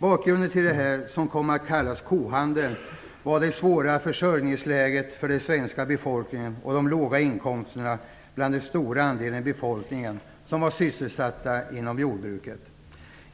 Bakgrunden till detta, som kom att kallas för kohandeln, var det svåra försörjningsläget för den svenska befolkningen och de låga inkomsterna bland den stora andel av befolkningen som var sysselsatt inom jordbruket.